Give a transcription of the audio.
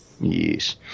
Yes